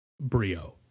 Brio